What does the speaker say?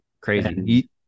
Crazy